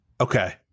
okay